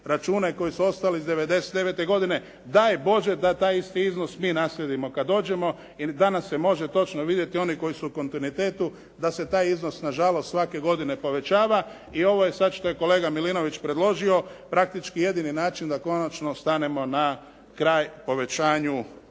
račune koji su ostali iz '99. godine, daj Bože da taj isti iznos mi naslijedimo kada dođemo ili da nam se može točno vidjeti oni koji su u kontinuitetu da se taj iznos, nažalost svake godine povećava i ovo je sada što je kolega Milinović predložio, praktički jedini način da konačno stanemo na kraj povećanju